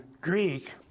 Greek